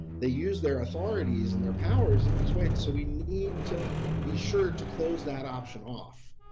they use their authorities and their powers in these ways, so we need to be sure to close that option off.